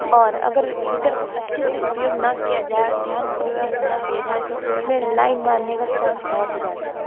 और अगर हीटर को अच्छे से उपयोग ना किया जाए ध्यानपूर्वक ना किया जाए तो उस में लाइन मारने का चांस बहुत ही ज़्यादा